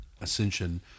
Ascension